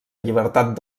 llibertat